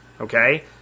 okay